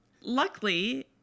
Luckily